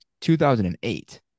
2008